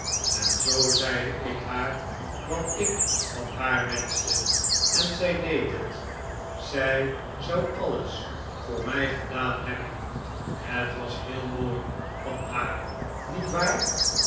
en zoo zeide ik haar wat ik van haar wenschte en zij deed het zij zou alles voor mi gedaan hebben het was heel mooi van haar niet waar